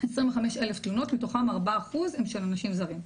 25,000 תלונות ומתוכם 4% הם של אנשים זרים,